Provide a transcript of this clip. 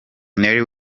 nelly